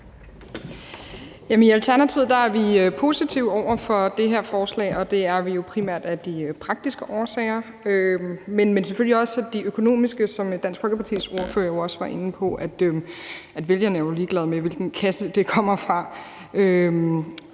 I Alternativet er vi positive over for det her lovforslag, og det er vi primært af de praktiske årsager, men selvfølgelig også af de økonomiske, som Dansk Folkepartis ordfører jo også var inde på, altså at vælgerne jo er ligeglade med, hvilken kasse det kommer fra,